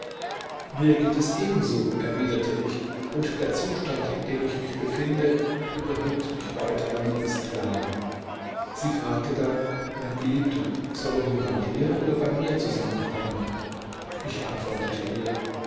mir geht es ebenso erwiderte ich und der zustand in dem ich mich befinde überhebt mich weiterer liebesklagen sie fragte dann mein geliebter sollen wir bei dir oder bei mir zusammenkommen ich antwortete ihr